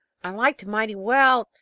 i'd like to mighty well.